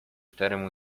szczerym